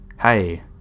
Hey